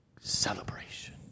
celebration